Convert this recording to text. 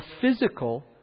physical